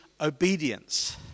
obedience